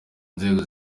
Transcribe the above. nzego